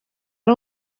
ari